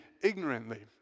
ignorantly